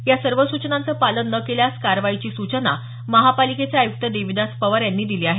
या सर्व सूचनांचं पालन न केल्यास कारवाईची सूचना महापालिकेचे आयुक्त देविदास पवार यांनी दिल्या आहेत